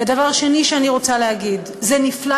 ודבר שני שאני רוצה להגיד: זה נפלא